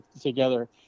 together